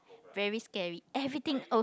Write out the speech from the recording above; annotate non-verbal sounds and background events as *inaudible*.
very scary everything *noise*